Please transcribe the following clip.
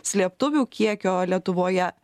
slėptuvių kiekio lietuvoje